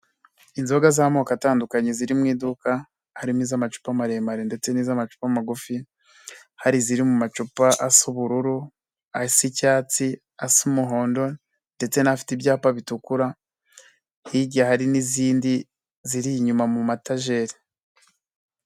Inzoga z'amoko atandukanye ziri mu iduka, harimo iz'amacupa maremare ndetse n'iz'amacupa magufi, hari iziri mu macupa asa ubururu, asa icyatsi, asa umuhondo ndetse n'afite ibyapa bitukura, hirya hari n'izindi ziri inyuma mu matajeri.